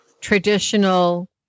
traditional